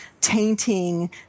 tainting